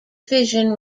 fission